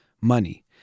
money